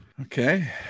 Okay